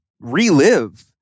relive